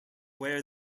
where